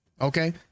Okay